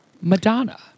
Madonna